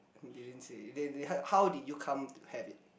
didn't say they they how how did you come to have it